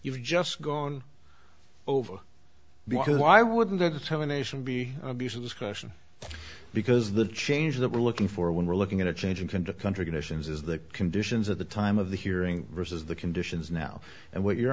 you've just gone over because why wouldn't the determination be abuse of this question because the change that we're looking for when we're looking at a changing to country conditions is the conditions at the time of the hearing versus the conditions now and what your